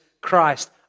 Christ